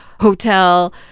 hotel